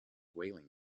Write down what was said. whaling